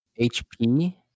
HP